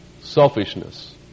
selfishness